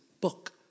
book